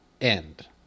end